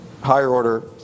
higher-order